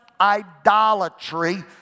idolatry